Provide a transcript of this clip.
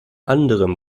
anderem